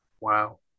Wow